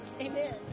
Amen